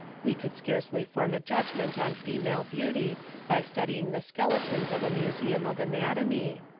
we could scarcely form a judgment on female beauty by studying the skeletons of a museum of anatomy.